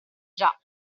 già